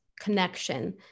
connection